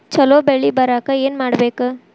ಛಲೋ ಬೆಳಿ ಬರಾಕ ಏನ್ ಮಾಡ್ಬೇಕ್?